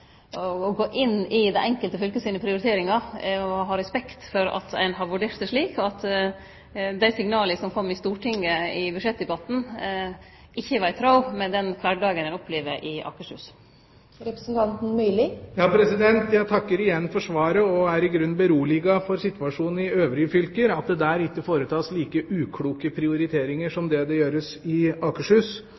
har respekt for at ein har vurdert det slik at dei signala som kom i Stortinget i budsjettdebatten, ikkje er i tråd med den kvardagen ein opplever i Akershus. Jeg takker igjen for svaret og er i grunnen beroliget for situasjonen i øvrige fylker, at det der ikke foretas slike ukloke prioriteringer som det gjøres i Akershus.